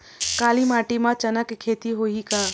काली माटी म चना के खेती होही का?